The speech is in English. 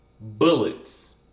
Bullets